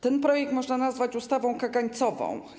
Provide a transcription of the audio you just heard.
Ten projekt można nazwać ustawą kagańcową.